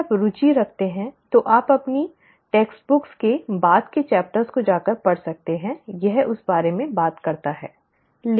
यदि आप रुचि रखते हैं तो आप अपनी पाठ्यपुस्तक के बाद के अध्यायों को जाकर पढ़ सकते हैं यह उस बारे में बात करता है